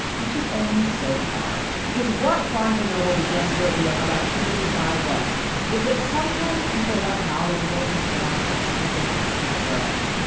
which is only so far, because what barnes and noble began to reveal about people who buy books is that sometimes people want knowledgeable, informed, attentive customer service,